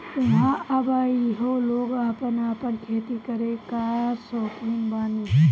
ऊहाँ अबहइयो लोग आपन आपन खेती करे कअ सौकीन बाने